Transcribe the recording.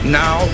now